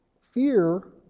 fear